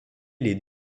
les